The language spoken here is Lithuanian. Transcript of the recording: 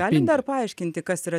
galit dar paaiškinti kas yra